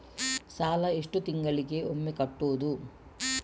ಸಾಲ ಎಷ್ಟು ತಿಂಗಳಿಗೆ ಒಮ್ಮೆ ಕಟ್ಟುವುದು?